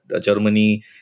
Germany